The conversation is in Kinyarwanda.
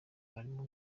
harimo